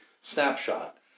snapshot